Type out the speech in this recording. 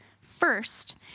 First